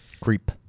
Creep